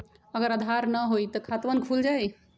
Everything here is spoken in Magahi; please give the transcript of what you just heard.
अगर आधार न होई त खातवन खुल जाई?